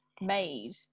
made